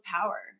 power